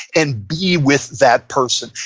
and be with that person.